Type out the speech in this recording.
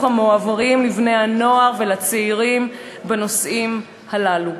המועברים לבני-הנוער ולצעירים בנושאים הללו.